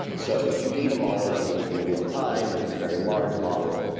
so if you need a model running in real time and it's a very large model,